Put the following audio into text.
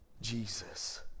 Jesus